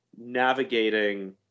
navigating